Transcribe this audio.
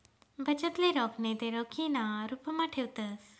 बचतले रोख नैते रोखीना रुपमा ठेवतंस